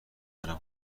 برم